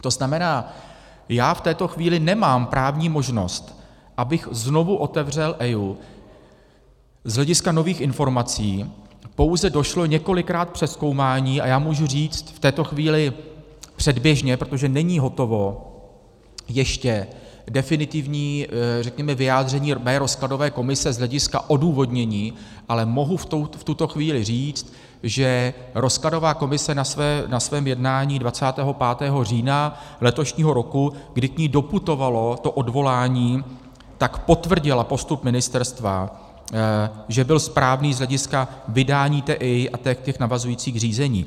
To znamená, já v této chvíli nemám právní možnost, abych znovu otevřel EIA z hlediska nových informací, pouze došlo několikrát k přezkoumání a já můžu říct v této chvíli předběžně, protože není hotovo ještě definitivní vyjádření mé rozkladové komise z hlediska odůvodnění, ale mohu v tuto chvíli říct, že rozkladová komise na svém jednání 25. října letošního roku, kdy k ní doputovalo to odvolání, potvrdila postup ministerstva, že byl správný z hlediska vydání té EIA a těch navazujících řízení.